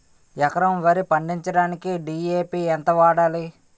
ఎకరం వరి పండించటానికి డి.ఎ.పి ఎంత వాడాలి?